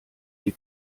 die